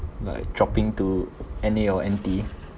like dropping to N_A or N_T